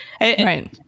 Right